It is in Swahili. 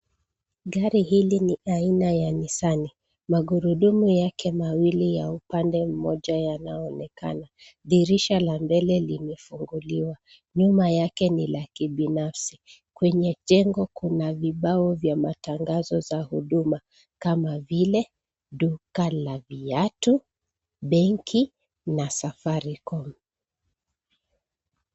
Gari hili ni aina la Nisani. Magurudumu yake mawili ya upande mmoja yanaonekana. Dirisha la mbele limefunguliwa. Nyuma yake ni la kibinafsi. Kwenye jengo kuna vibao vya matangazo za huduma, kama vile duka la viatu, benki, na Safaricom.